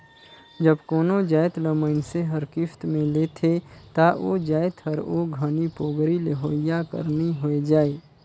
जब कोनो जाएत ल मइनसे हर किस्त में लेथे ता ओ जाएत हर ओ घनी पोगरी लेहोइया कर नी होए जाए